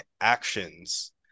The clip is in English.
actions